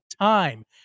time